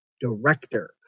director